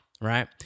right